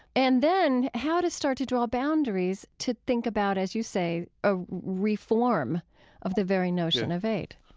and then how to start to draw boundaries to think about, as you say, a reform of the very notion of aid?